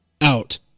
out